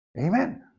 Amen